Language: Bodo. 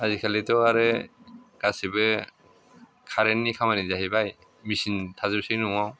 आजिखालिथ' आरो गासैबो कारेन्टनि खामानि जाहैबाय मेसिन थाजोबोसै न'आव